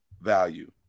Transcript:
value